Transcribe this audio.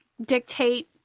dictate